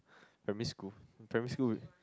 primary school primary school